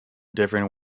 different